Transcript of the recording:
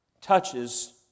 touches